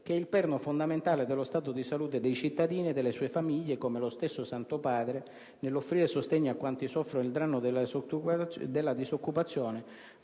che è il perno fondamentale dello stato di salute dei cittadini e delle famiglie, come lo stesso Santo Padre, nell'offrire sostegno a quanti soffrono il dramma della disoccupazione,